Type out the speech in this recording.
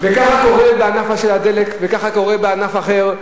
וכך קורה בענף הדלק, וכך קורה בענף אחר.